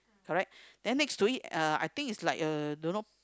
correct then next to it uh I think is like uh don't know